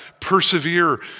persevere